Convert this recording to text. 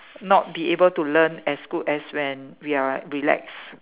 not be able to learn as good as when we are relaxed